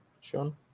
Sean